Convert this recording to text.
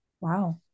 Wow